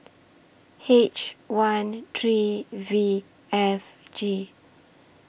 H one three V F G